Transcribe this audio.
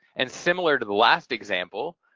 and similar to the last example,